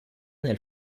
nel